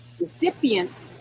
recipients